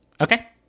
Okay